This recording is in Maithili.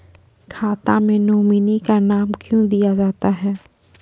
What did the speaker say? खाता मे नोमिनी का नाम क्यो दिया जाता हैं?